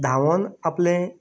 धांवन आपलें